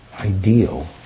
Ideal